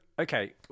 okay